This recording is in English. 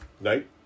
night